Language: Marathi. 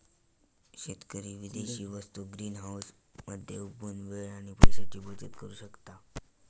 शेतकरी विदेशी वस्तु ग्रीनहाऊस मध्ये उगवुन वेळ आणि पैशाची बचत करु शकता